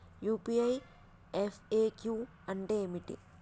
UPI FAQ అంటే ఏమిటి?